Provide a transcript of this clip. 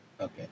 Okay